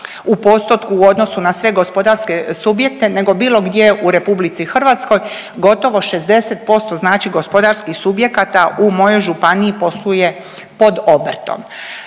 u postotku u odnosu na sve gospodarske subjekte nego bilo gdje u Republici Hrvatskoj gotovo 60% znači gospodarskih subjekata u mojoj županiji posluje pod obrtom.